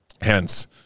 Hence